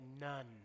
none